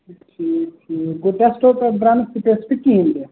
ٹھیٖک ٹھیٖک گوٚو ٹیٚسٹو تَل درٛاو نہٕ سُہ ٹیٚسٹہٕ کِہیٖنٛۍ تہِ